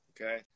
Okay